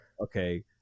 okay